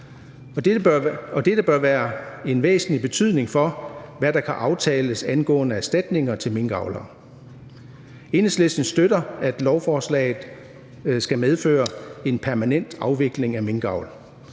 Dette bør være af væsentlig betydning for, hvad der kan aftales angående erstatninger til minkavlere. Enhedslisten støtter, at lovforslaget skal medføre en permanent afvikling af minkavl.